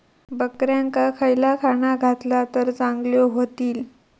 बकऱ्यांका खयला खाणा घातला तर चांगल्यो व्हतील?